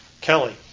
Kelly